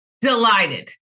delighted